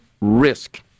risk